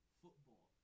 football